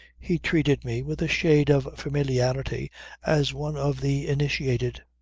he treated me with a shade of familiarity as one of the initiated.